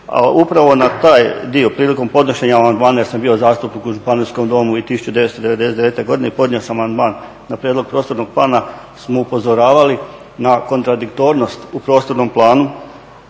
upravo na taj dio prilikom podnošenja amandmana jer sam bio zastupnik u Županijskom domu i 1999. godine i podnio sam amandman na prijedlog prostornog plana, upozoravali smo na kontradiktornost u prostornom planu